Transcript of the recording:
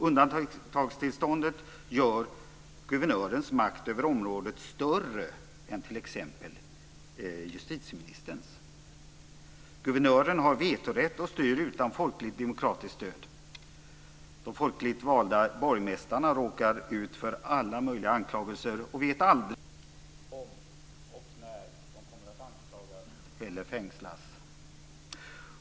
Undantagstillståndet gör guvernörens makt över området större än t.ex. justitieministerns. Guvernören har vetorätt och styr utan folkligt stöd. De folkligt valda borgmästarna råkar ut för alla möjliga anklagelser och vet aldrig om och när de kommer att anklagas eller fängslas.